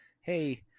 hey